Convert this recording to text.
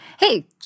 hey